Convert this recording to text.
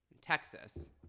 texas